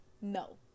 no